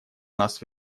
нас